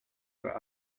were